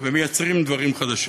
ומייצרים דברים חדשים.